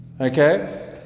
okay